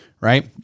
Right